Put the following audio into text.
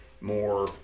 more